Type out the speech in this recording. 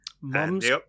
mom's